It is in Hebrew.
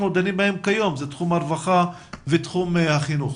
דנים כיום שזה תחום הרווחה ותחום החינוך.